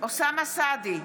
אוסאמה סעדי,